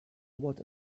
what